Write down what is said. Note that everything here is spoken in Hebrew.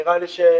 נראה לי שמיציתי.